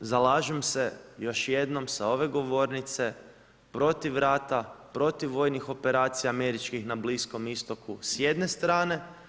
zalažem se još jednom sa ove govornice protiv rata, protiv vojnih operacija američkih na Bliskom Istoku s jedne strane.